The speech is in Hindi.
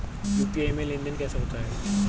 यू.पी.आई में लेनदेन कैसे होता है?